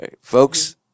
Folks